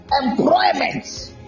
employment